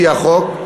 לפי החוק,